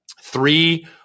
three